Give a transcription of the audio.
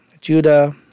Judah